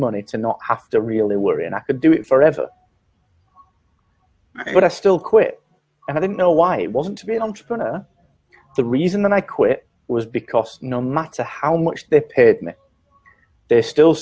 money to not have to really worry and i can do it forever but i still quit and i don't know why i want to be an entrepreneur the reason i quit was because no matter how much they paid me they still